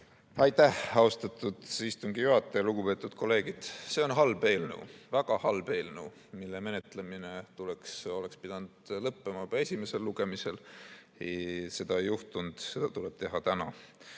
Aitäh, austatud istungi juhataja, lugupeetud kolleegid! See on halb eelnõu, väga halb eelnõu, mille menetlemine oleks pidanud lõppema juba esimesel lugemisel. Et seda ei juhtunud, siis seda tuleb teha täna.